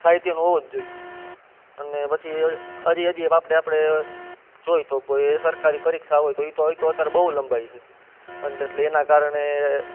સાહિત્યનો હોવો જ જોઈએ અને પછી હજી હજી એમ આપણે આપણે જોઈએ તો કોઈ સરકારી પરીક્ષા હોય તો એ તો એ તો અત્યારે બહુ લંબાય છે અન એટલે એનાં કારણે